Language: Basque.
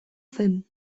zen